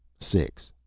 six.